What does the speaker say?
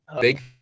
big